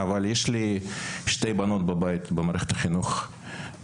אבל יש לי שתי בנות בבית שהן תלמידות במערכת החינוך היסודית,